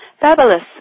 fabulous